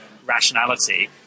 rationality